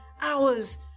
hours